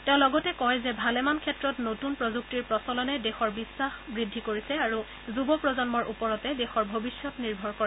তেওঁ লগতে কয় যে ভালেমান ক্ষেত্ৰত নতুন প্ৰযুক্তিৰ প্ৰচলনে দেশৰ বিশ্বাস বৃদ্ধি কৰিছে আৰু যুৱ প্ৰজন্মৰ ওপৰতে দেশৰ ভৱিষ্যং নিৰ্ভৰ কৰে